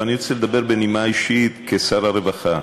אבל אני רוצה לדבר בנימה אישית כשר הרווחה.